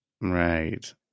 Right